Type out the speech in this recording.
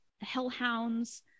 hellhounds